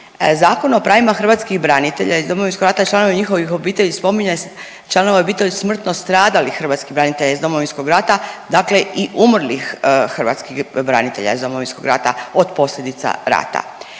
Zakon o pravima hrvatskih branitelja iz Domovinskog rata i članova njihovih obitelji spominje članove obitelji smrtno stradalih hrvatskih branitelja iz Domovinskog rata, dakle i umrlih hrvatskih branitelja iz Domovinskog rata od posljedica rata.